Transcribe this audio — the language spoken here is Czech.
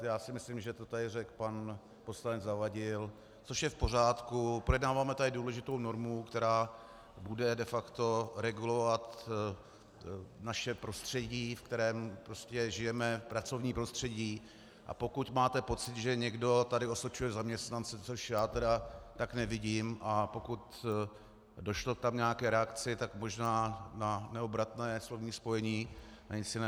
Já si myslím, že to tady řekl pan poslanec Zavadil, což je v pořádku, projednáváme tady důležitou normu, která bude de facto regulovat naše prostředí, ve kterém žijeme, pracovní prostředí, a pokud máte pocit, že někdo tady osočuje zaměstnance, což já tedy tak nevidím, a pokud tam došlo k nějaké reakci, tak možná na neobratné slovní spojení, nic jiného.